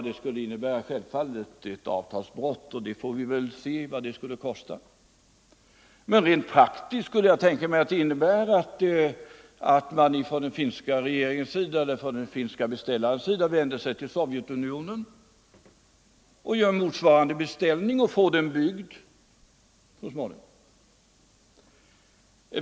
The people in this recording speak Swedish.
Det vore ju ett avtalsbrott, och vi fick väl se vad det skulle innebära. Rent praktiskt kan jag tänka mig att man från den finska regeringens och den finska beställarens sida skulle vända sig till Sovjetunionen med motsvarande beställning och få den utförd så småningom.